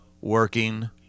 working